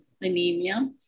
anemia